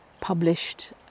published